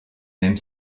même